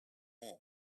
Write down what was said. around